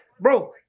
Bro